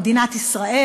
במדינת ישראל,